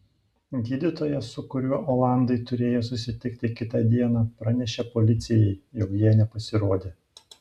gydytojas su kuriuo olandai turėjo susitikti kitą dieną pranešė policijai jog jie nepasirodė